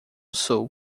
sul